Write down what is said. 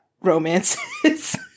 romances